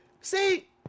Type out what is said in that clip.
See